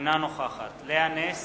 אינה נוכחת לאה נס,